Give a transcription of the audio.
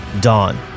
Dawn